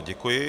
Děkuji.